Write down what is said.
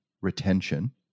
retention